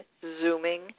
Zooming